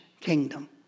kingdom